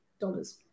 dollars